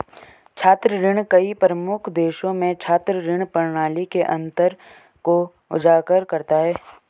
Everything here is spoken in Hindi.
छात्र ऋण कई प्रमुख देशों में छात्र ऋण प्रणाली के अंतर को उजागर करता है